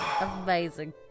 Amazing